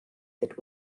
that